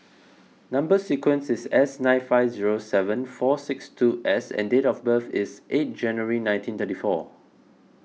Number Sequence is S nine five zero seven four six two S and date of birth is eight January nineteen thirty four